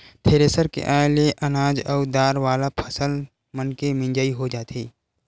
thresher के आये ले अनाज अउ दार वाला फसल मनके मिजई हो जाथे